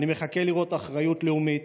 אני מחכה לראות אחריות לאומית.